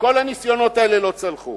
וכל הניסיונות האלה לא צלחו.